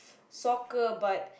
soccer but